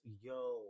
yo